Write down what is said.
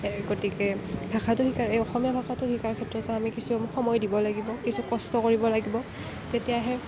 এই গতিকে ভাষাটো শিকাৰ এই অসমীয়া ভাষাটো শিকাৰ ক্ষেত্ৰটো আমি কিছু সময় দিব লাগিব কিছু কষ্ট কৰিব লাগিব তেতিয়াহে